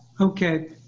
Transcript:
Okay